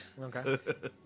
Okay